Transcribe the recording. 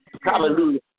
Hallelujah